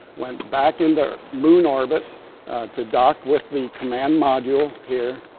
went back into moon orbit to dock with the command module here.